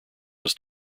was